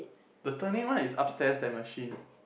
the turning one is upstairs that machine